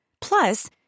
Plus